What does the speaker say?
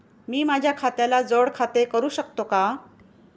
मी माझ्या खात्याला जोड खाते करू शकतो का?